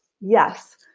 yes